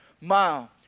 mile